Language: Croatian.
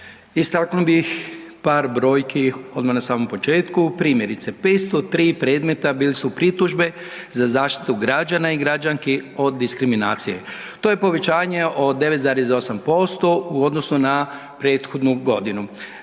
Istaknuo bih par brojki odma na samom početku. Primjerice, 503 predmeta bili su pritužbe za zaštitu građana i građanki od diskriminacije. To je povećanje od 9,8% u odnosu na prethodnu godinu.